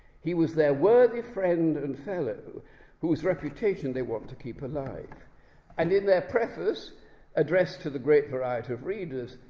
he was their worthy friend and fellow whose reputation they wish to keep alive and in their preface addressed to the great variety of readers,